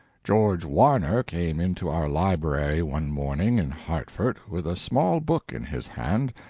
george warner came into our library one morning, in hartford, with a small book in his hand,